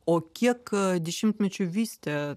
o kiek dešimtmečių vystė